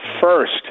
First